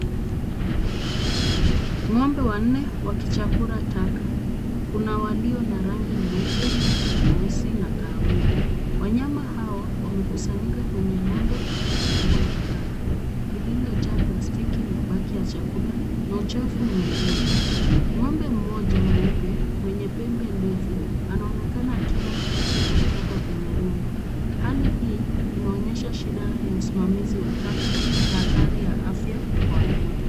Ng'ombe wanne wakichakura taka. Kuna walio na rangi nyeupe, nyeusi na kahawia. Wanyama hawa wamekusanyika kwenye rundo kubwa la taka lililojaa plastiki, mabaki ya chakula na uchafu mwingine. Ng'ombe mmoja mweupe mwenye pembe ndefu anaonekana akila kitu kutoka kwenye rundo. Hali hii inaonyesha shida ya usimamizi wa taka na hatari ya afya kwa wanyama.